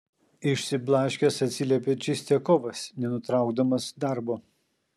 išsiblaškęs atsiliepė čistiakovas nenutraukdamas darbo